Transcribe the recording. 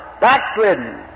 backslidden